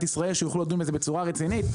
ישראל שיוכלו לדון בזה בצורה רצינית.